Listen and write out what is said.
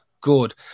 good